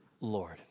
Lord